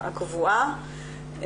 הקבועה,